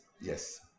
Yes